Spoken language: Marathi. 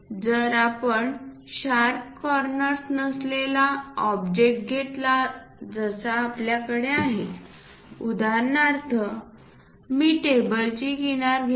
जर आपण शार्प कॉर्नर्स नसलेला ऑब्जेक्ट घेतला जसा आपल्याकडे आहे उदाहरणार्थ मी टेबल ची किनार घेईल